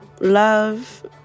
Love